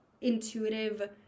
intuitive